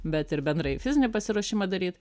bet ir bendrąjį fizinį pasiruošimą daryt